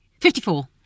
Fifty-four